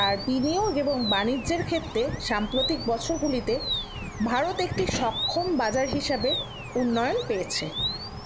আর বিনিয়োগ এবং বাণিজ্যের ক্ষেত্রে সাম্প্রতিক বছরগুলিতে ভারত একটি সক্ষম বাজার হিসাবে উন্নয়ন পেয়েছে